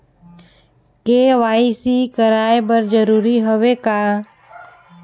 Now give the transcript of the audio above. KYC कराय बर जरूरी हवे का?